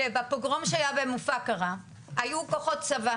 שבפוגרום שהיה במופקרה, היו כוחות צבא.